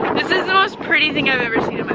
this is the most pretty thing i have ever seen